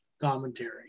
commentary